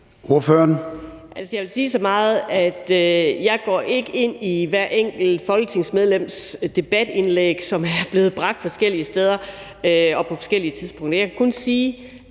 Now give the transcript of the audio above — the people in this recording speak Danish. Jeg vil sige så meget, at jeg ikke går ind i hvert enkelt folketingsmedlems debatindlæg, som er blevet bragt forskellige steder og på forskellige tidspunkter. Jeg kan kun sige,